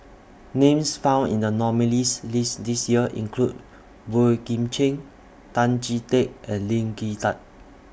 Names found in The nominees' list This Year include Boey Kim Cheng Tan Chee Teck and Lee Kin Tat